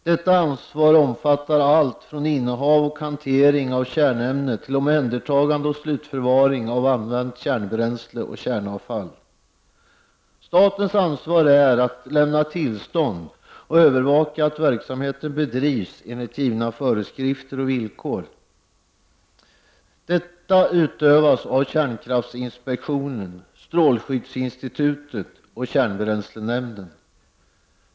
Detta ansvar omfattar allt från innehav och hantering av kärnämne till omhändertagande och slutförvaring av använt kärnbränsle och kärnavfall. Statens ansvar är att lämna tillstånd och övervaka att verksamheten bedrivs enligt givna föreskrifter och villkor. Detta utövas av kärnkraftsinspektionen, strålskyddsinstitutet och kärnbränslenämnden.